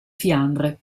fiandre